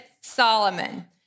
Solomon